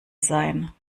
sein